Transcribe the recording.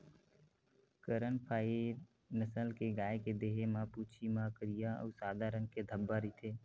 करन फ्राइ नसल के गाय के देहे म, पूछी म करिया अउ सादा रंग के धब्बा रहिथे